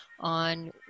On